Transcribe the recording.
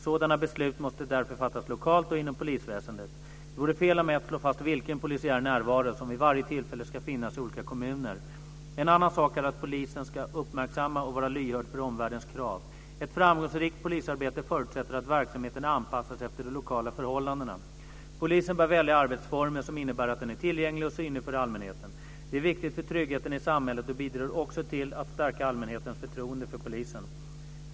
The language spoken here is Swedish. Sådana beslut måste därför fattas lokalt och inom polisväsendet. Det vore fel av mig att slå fast vilken polisiär närvaro som vid varje tillfälle ska finnas i olika kommuner. En annan sak är att polisen ska uppmärksamma och vara lyhörd för omvärldens krav. Ett framgångsrikt polisarbete förutsätter att verksamheten anpassas efter de lokala förhållandena. Polisen bör välja arbetsformer som innebär att den är tillgänglig och synlig för allmänheten. Det är viktigt för tryggheten i samhället och bidrar också till att stärka allmänhetens förtroende för polisen.